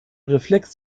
reflex